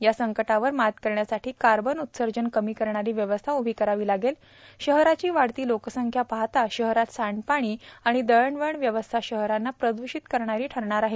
या संकटावर मात करण्यासाठी कार्बन उत्सर्जन कमी करणारी व्यवस्था उभी करावी लागेलण शहराची वाढती लोकसंख्या पाहता शहरातील सांडपाणी आणि दळणवळण व्यवस्था शहरांना प्रद्रषित करणारी ठरणार आहे